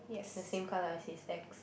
the same colour as he expects